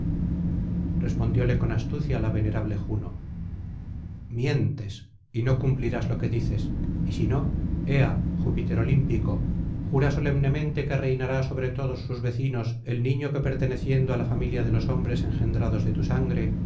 respondióle con astucia la venerable juno mientes y no cumplirás lo que dices y si no ea júpiter olímpico jura solemnemente que reinará sobre todos sus vecinos el niño que perteneciendo á la familia de los hombres engendrados de tu sangre